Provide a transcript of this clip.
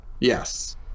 Yes